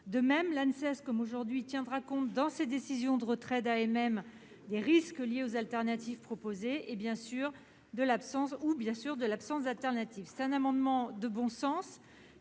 De même, l'Anses, comme aujourd'hui, tiendra compte dans ses décisions de retrait d'AMM, des risques liés aux alternatives proposées ou, bien sûr, de l'absence d'alternative. C'est un amendement de bon sens,